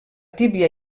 tíbia